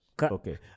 Okay